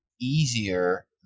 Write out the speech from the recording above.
easier